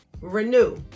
Renew